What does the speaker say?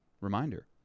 reminder